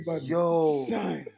Yo